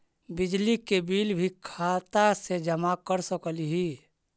बिजली के बिल भी खाता से जमा कर सकली ही?